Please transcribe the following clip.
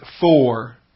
four